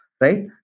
right